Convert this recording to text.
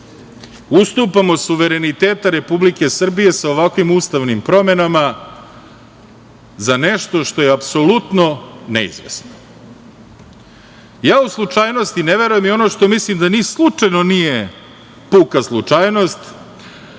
ustupamo suverenitet Republike Srbije sa ovakvim ustavnim promenama za nešto što je apsolutno neizvesno. U slučajnosti ne verujem i ono što mislim da ni slučajno nije puka slučajnost